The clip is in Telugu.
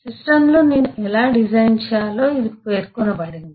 సిస్టమ్లో నేను ఎలా డిజైన్ చేయాలో ఇది పేర్కొనబడింది